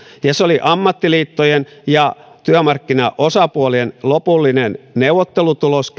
käytännössä se oli ammattiliittojen ja työmarkkinaosapuolien lopullinen neuvottelutulos